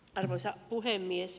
arvoisa puhemies